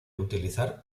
utilizar